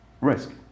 risk